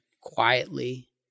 quietly